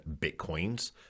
Bitcoins